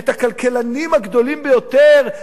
את הכלכלנים הגדולים ביותר,